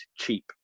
cheap